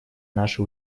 наши